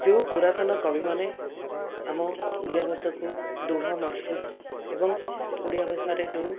ଯେଉଁ ପୁରାତନ କବିମାନେ ଆମ ଓଡ଼ିଆ ଭାଷାକୁ ଦୃଢ଼ ମଜଭୁତ୍ ଏବଂ ଓଡ଼ିଆ ଭାଷାରେ ଯେଉଁ